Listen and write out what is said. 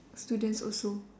students also